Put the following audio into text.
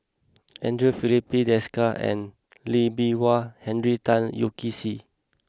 Andre Filipe Desker Lee Bee Wah and Henry Tan Yoke See